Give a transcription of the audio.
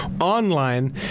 online